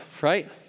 right